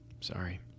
Sorry